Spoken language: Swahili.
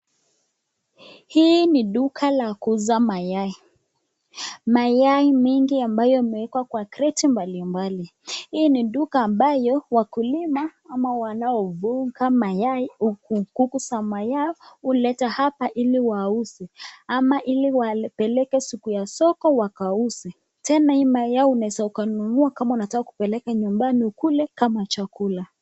Hii ni duka la kuuza mayai mayai mingi ambayo imewekwa kwa kreti mbalimbali hii ni duka ambayo wakulima wanaofuka mayai kuku za mayai ulileta hapa hili wauze ama ili wabeleke siku ya soko wakauze tena mayai Yao unaeza ukanunua kama unataka kupeleka nyumbani ukule kama chakula.